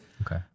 Okay